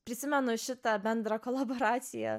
prisimenu šitą bendrą kolaboracija